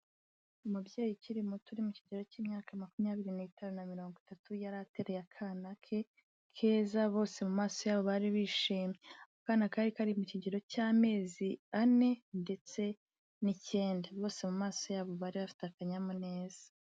Umubyeyi ukiri muto uri mu kigero cy'imyaka makumyabiri n'itanu na mirongo itatu yari atereye akana keza bose mu maso yabo bari bishimye akana kari kari mu kigero cy'amezi ane ndetse nicyenda bose mu mumaso yabo bari bafite akanyamuneza